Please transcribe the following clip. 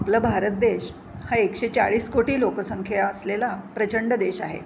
आपला भारत देश हा एकशे चाळीस कोटी लोकसंख्या असलेला प्रचंड देश आहे